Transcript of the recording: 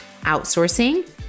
outsourcing